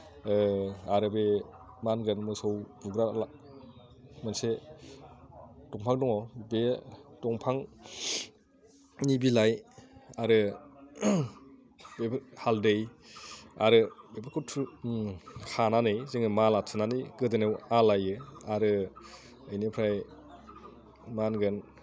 आरो बे मा होनगोन मोसौ बुग्रा मोनसे दंफां दङ बे दंफां नि बिलाइ आरो बेफोर हालदै आरो बेखौ खानानै जोङो माला थुनानै गोदोनायाव आलायो आरो बिनिफ्राय मा होनगोन